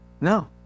No